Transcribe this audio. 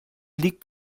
liegt